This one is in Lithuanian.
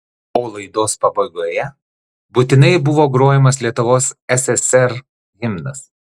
o laidos pabaigoje būtinai buvo grojamas lietuvos ssr himnas